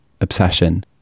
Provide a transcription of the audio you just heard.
obsession